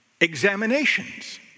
examinations